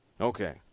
Okay